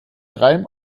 reim